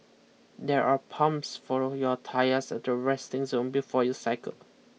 there are pumps for your tyres at the resting zone before you cycle